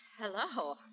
hello